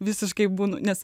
visiškai būnu nes